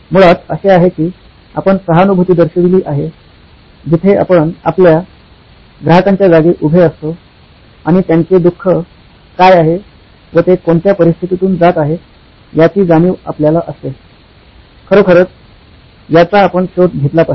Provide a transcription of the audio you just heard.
मुळात असे आहे की आपण सहानुभूती दर्शविली आहे जिथे आपण आपल्या आपल्या ग्राहकांच्या जागी उभे असतो आणि त्यांचे दुःख काय आहे व ते कोणत्या परिस्थितीतून जात आहेत याची जाणीव आपल्याला असते खरोखरच याचा आपण शोध घेतला पाहिजे